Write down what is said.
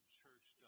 Church